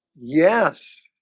yes,